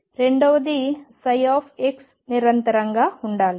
రెండవది ψ నిరంతరంగా ఉండాలి